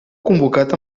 convocat